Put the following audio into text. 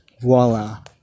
voila